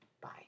Bye